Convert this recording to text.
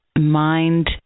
mind